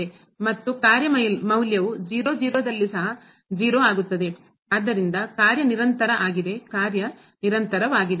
ಮತ್ತು ಕಾರ್ಯ ಮೌಲ್ಯವು ದಲ್ಲಿ ಸಹ 0 ಆದ್ದರಿಂದ ಕಾರ್ಯ ನಿರಂತರ ಆಗಿದೆ ಕಾರ್ಯ ನಿರಂತರವಾಗಿದೆ